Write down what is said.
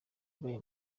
ibaye